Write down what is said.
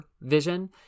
vision